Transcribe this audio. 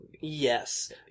Yes